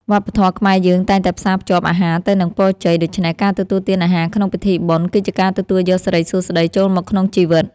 វប្បធម៌ខ្មែរយើងតែងតែផ្សារភ្ជាប់អាហារទៅនឹងពរជ័យ ដូច្នេះការទទួលទានអាហារក្នុងពិធីបុណ្យ គឺជាការទទួលយកសិរីសួស្តីចូលមកក្នុងជីវិត។